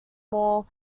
more